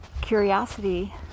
Curiosity